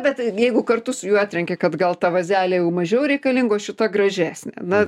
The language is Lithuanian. bet jeigu kartu su juo atrenki kad gal ta vazelė jau mažiau reikalinga o šita gražesnė na